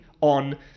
on